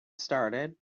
started